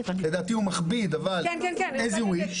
לדעתי הוא מכביד, אבל איך שאתם רוצים.